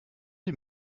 die